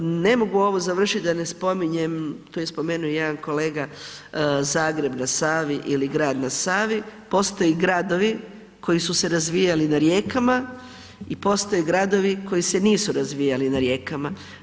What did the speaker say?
Ne mogu ovo završit da ne spominjem, tu je spomenuo jedan kolega, Zagreb na Savi ili grad na Savi, postoje gradovi koji su se razvijali na rijekama i postoje gradovi koji se nisu razvijali na rijekama.